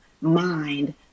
mind